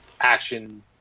action